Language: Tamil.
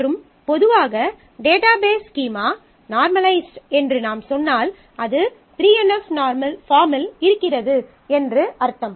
மற்றும் பொதுவாக டேட்டாபேஸ் ஸ்கீமா நார்மலைஸ்ட் என்று நாம் சொன்னால் அது 3NF பாஃர்ம்மில் இருக்கிறது என்று அர்த்தம்